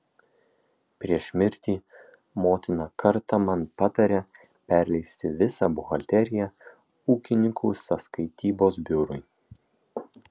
prieš mirtį motina kartą man patarė perleisti visą buhalteriją ūkininkų sąskaitybos biurui